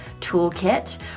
toolkit